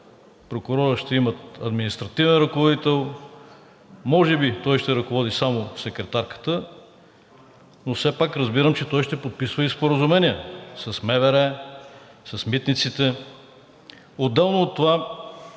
прокурори ще имат административен ръководител, може би той ще ръководи само секретарката, но все пак разбирам, че той ще подписва и споразумения – с МВР, с „Митници“, отделно от това